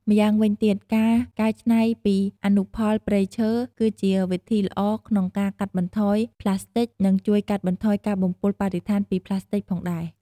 ម្យ៉ាងវិញទៀតការកែច្នៃពីអនុផលព្រៃឈើ គឺជាវិធីល្អក្នុងការកាត់បន្ថយផ្លាស្តិចនិងជួយកាត់បន្ថយការបំពុលបរិស្ថានពីផ្លាស្ទិចផងដែរ។